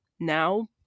now